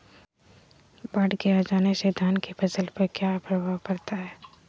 बाढ़ के आ जाने से धान की फसल पर किया प्रभाव पड़ता है?